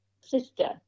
sister